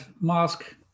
mask